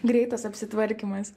greitas apsitvarkymas